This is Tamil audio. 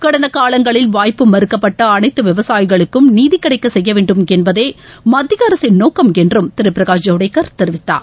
கடந்த காலங்களில் வாய்ப்பு மறுக்கப்பட்ட அனைத்து விவசாயிகளுக்கும் நீதி கிடடக்க செய்யவேண்டும் என்பதே மத்திய அரசின் நோக்கம் என்றும் திரு பிரகாஷ் ஜவடேகர் தெரிவித்தார்